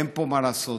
אין פה מה לעשות.